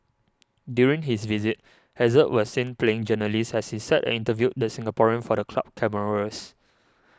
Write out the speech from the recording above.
during his visit Hazard was seen playing journalist as he sat and interviewed the Singaporean for the club cameras